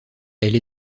elle